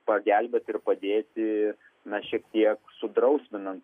pagelbėt ir padėti na šiek tiek sudrausminant